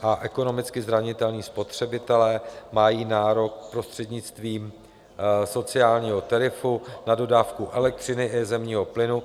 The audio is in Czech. A ekonomicky zranitelní spotřebitelé mají nárok prostřednictvím sociálního tarifu na dodávky elektřiny i zemního plynu.